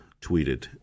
tweeted